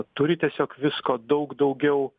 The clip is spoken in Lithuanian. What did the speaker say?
turi tiesiog visko daug daugiau